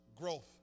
growth